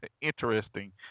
interesting